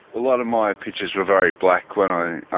a lot of my pictures were very black when i